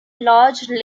lodge